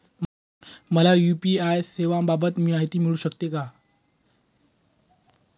मला यू.पी.आय सेवांबाबत माहिती मिळू शकते का?